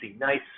nice